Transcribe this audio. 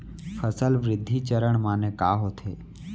फसल वृद्धि चरण माने का होथे?